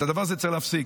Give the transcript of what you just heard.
את הדבר הזה צריך להפסיק.